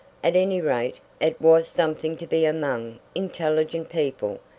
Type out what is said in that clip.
at any rate, it was something to be among intelligent people,